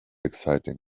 exciting